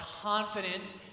confident